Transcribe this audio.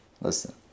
Listen